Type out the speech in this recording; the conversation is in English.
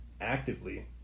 actively